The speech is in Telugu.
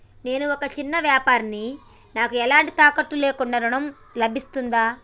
నేను ఒక చిన్న వ్యాపారిని నాకు ఎలాంటి తాకట్టు లేకుండా ఋణం లభిస్తదా?